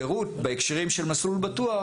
הפירוט בהקשרים של "מסלול בטוח",